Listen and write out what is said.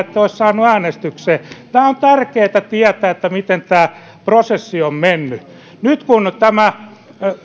ette olisi saanut äänestykseen on tärkeätä tietää miten tämä prosessi on mennyt nyt kun